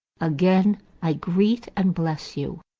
again i greet and bless you,